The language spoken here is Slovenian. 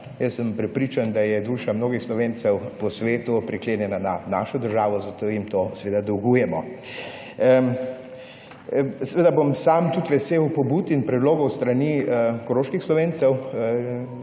Jaz sem prepričan, da je duša mnogih Slovencev po svetu priklenjena na našo državo, zato jim to dolgujemo. Seveda bom tudi sam vesel pobud in predlogov s strani koroških Slovencev,